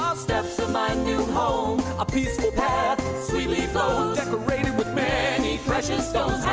um steps of my new home a peaceful path sweetly flows decorated with many precious stones